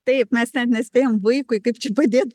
taip mes net nespėjam vaikui kaip čia padėt